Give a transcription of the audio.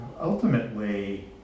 Ultimately